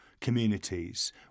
communities